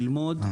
ללמוד,